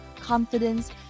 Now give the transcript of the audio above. confidence